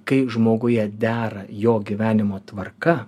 kai žmoguje dera jo gyvenimo tvarka